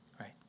right